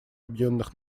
объединенных